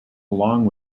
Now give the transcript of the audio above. along